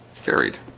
carried